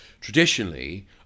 traditionally